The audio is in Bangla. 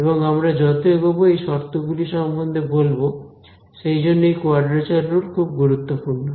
এবং আমরা যত এগোবো এই শর্ত গুলি সম্বন্ধে বলবো সেইজন্যে এই কোয়াড্রেচার রুল খুব গুরুত্বপূর্ণ